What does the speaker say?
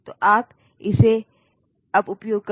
तो आप इसे अब उपयोग कर सकते हैं